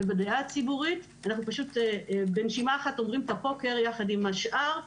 ובדעה הציבורית אנחנו פשוט בנשימה אחת אומרים את הפוקר יחד עם השאר,